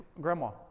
Grandma